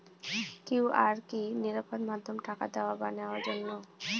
QR কি নিরাপদ মাধ্যম টাকা দেওয়া বা নেওয়ার জন্য?